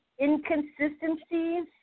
inconsistencies